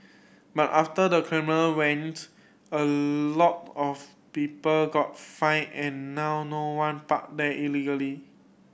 but after the camera went a lot of people got fined and now no one park there illegally